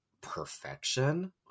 perfection